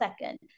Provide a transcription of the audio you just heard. second